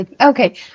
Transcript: Okay